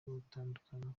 gutandukana